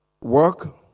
work